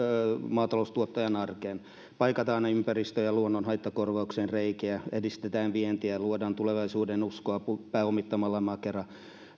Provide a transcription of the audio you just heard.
maataloustuottajan arkeen paikataan ympäristö ja luonnonhaittakorvauksien reikiä edistetään vientiä luodaan tulevaisuudenuskoa pääomittamalla makeraa